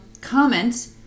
comment